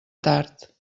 tard